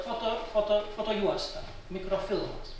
foto foto fotojuosta mikrofilmas